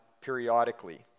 periodically